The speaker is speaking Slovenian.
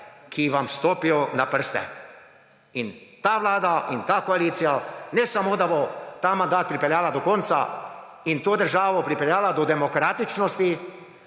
ki vam stopijo na prste. Ta vlada in ta koalicija ne samo, da bo ta mandat pripeljala do konca in to državo pripeljala do demokratičnosti,